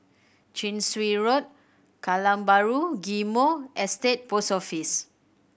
Chin Swee Road Kallang Bahru Ghim Moh Estate Post Office